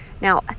Now